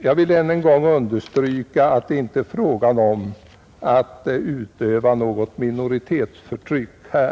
Jag vill ännu en gång understryka att det här inte är fråga om att utöva något minoritetsförtryck.